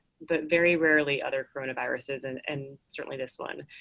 but very rarely other coronaviruses, and and certainly this one.